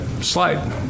Slide